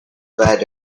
fat